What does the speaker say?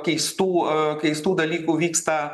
keistų keistų dalykų vyksta